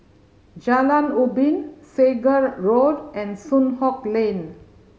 Jalan Ubin Segar Road and Soon Hock Lane